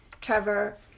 Trevor